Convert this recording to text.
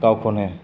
गावखौनो